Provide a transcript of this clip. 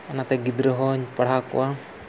ᱚᱱᱟᱛᱮ ᱜᱤᱫᱽᱨᱟᱹ ᱦᱚᱧ ᱯᱟᱲᱦᱟᱣ ᱠᱚᱣᱟ